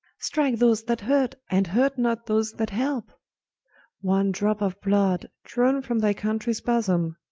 strike those that hurt, and hurt not those that helpe one drop of blood drawne from thy countries bosome,